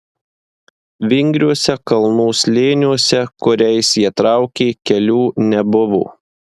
vingriuose kalnų slėniuose kuriais jie traukė kelių nebuvo